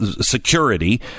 security